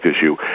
issue